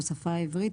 בשפה העברית,